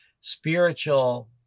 spiritual